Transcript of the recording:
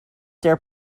their